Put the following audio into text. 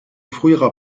früheren